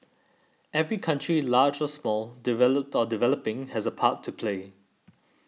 every country large or small developed or developing has a part to play